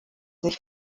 sich